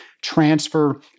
transfer